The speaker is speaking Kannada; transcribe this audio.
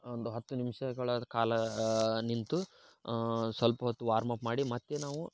ಒಂದು ಹತ್ತು ನಿಮಿಷಗಳ ಕಾಲ ನಿಂತು ಸ್ವಲ್ಪ ಹೊತ್ತು ವಾರ್ಮ್ ಅಪ್ ಮಾಡಿ ಮತ್ತು ನಾವು